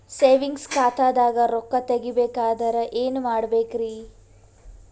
Savings ಖಾತಾದಾಗ ರೊಕ್ಕ ತೇಗಿ ಬೇಕಾದರ ಏನ ಮಾಡಬೇಕರಿ?